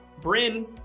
Bryn